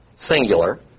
singular